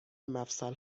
مفصل